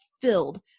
filled